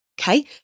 okay